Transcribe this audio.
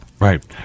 Right